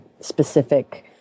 specific